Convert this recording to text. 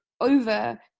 over